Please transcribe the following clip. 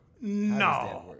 No